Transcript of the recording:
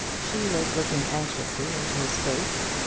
she was looking anxiously into his face,